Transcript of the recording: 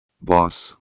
Boss